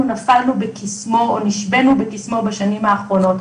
נפלנו בקסמו או נשבנו בקסמו בשנים האחרונות,